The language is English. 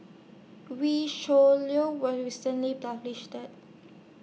Wee Shoo Leong was recently published